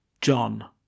John